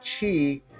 Chi